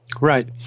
Right